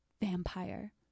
vampire